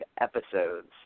episodes